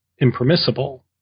impermissible